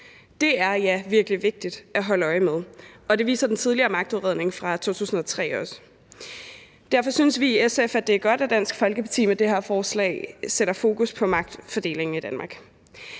Det er virkelig vigtigt at holde øje med, og det viser den tidligere magtudredning fra 2003 også. Derfor synes vi i SF, at det er godt, at Dansk Folkeparti med det her forslag sætter fokus på magtfordelingen i Danmark.